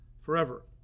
forever